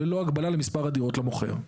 ללא הגבלה למספר הדירות למוכר.